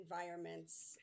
environments